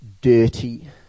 dirty